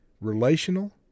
Relational